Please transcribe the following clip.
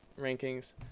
rankings